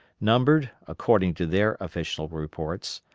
numbered, according to their official reports,